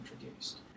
introduced